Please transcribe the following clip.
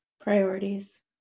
Priorities